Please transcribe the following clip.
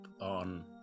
on